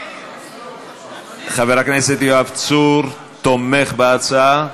חבר הכנסת יואב צור תומך בהצעה,